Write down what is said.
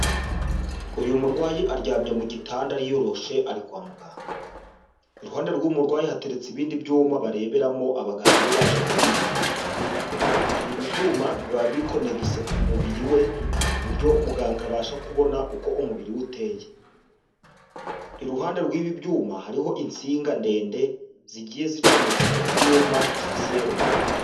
Uyu murwayi aryamye mu gitanda yiyoroshe ari kwa muganga, iruhande rw'uwo murwayi hateretse ibindi byuma bareberamo abaganga iyo baje kumwitaho, ibi byuma biba bikonegise ku mubiri we ku buryo muganga abasha kubona uko umubiri we uteye, iruhande rw'ibi byuma hariho insinga ndende zigiye zicometse ku byuma bya serumu.